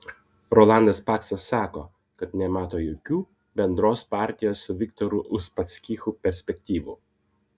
rolandas paksas sako kad nemato jokių bendros partijos su viktoru uspaskichu perspektyvų